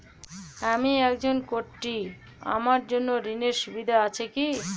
আমি একজন কট্টি আমার জন্য ঋণের সুবিধা আছে কি?